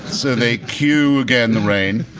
so they cued again the rain,